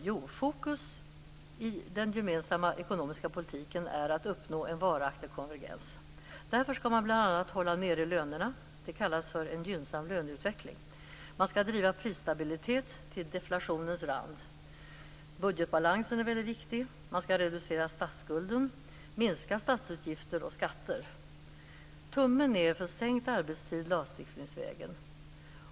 Jo, fokus i den gemensamma ekonomiska politiken är att uppnå en varaktig konvergens. Därför skall man bl.a. hålla nere lönerna. Det kallas för en gynnsam löneutveckling. Man skall driva prisstabilitet till deflationens rand. Budgetbalansen är väldigt viktig. Man skall reducera statsskulden, minska statsutgifter och skatter. Det är tummen ned för sänkt arbetstid lagstiftningsvägen.